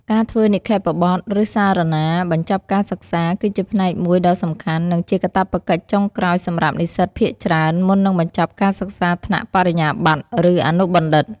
ការធ្វើនិក្ខេបបទ ឬសារណាបញ្ចប់ការសិក្សា គឺជាផ្នែកមួយដ៏សំខាន់ និងជាកាតព្វកិច្ចចុងក្រោយសម្រាប់និស្សិតភាគច្រើន មុននឹងបញ្ចប់ការសិក្សាថ្នាក់បរិញ្ញាបត្រ ឬអនុបណ្ឌិត។